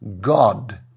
God